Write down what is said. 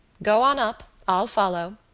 go on up. i'll follow,